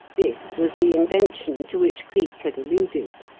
this was the invention to which cleek had alluded.